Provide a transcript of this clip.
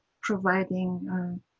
providing